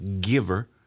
giver